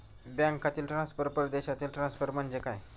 बँकांतील ट्रान्सफर, परदेशातील ट्रान्सफर म्हणजे काय?